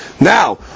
Now